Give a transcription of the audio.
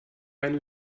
eine